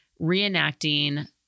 reenacting